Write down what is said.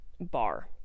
bar